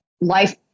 life